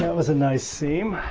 was a nice seam